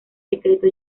secreto